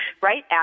right